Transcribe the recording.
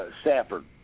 Stafford